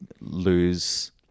lose